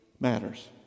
Matters